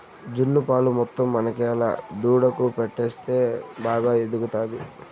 జున్ను పాలు మొత్తం మనకేలా దూడకు పట్టిస్తే బాగా ఎదుగుతాది